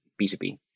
B2B